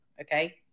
Okay